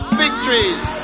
victories